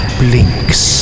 blinks